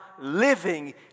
living